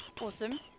Awesome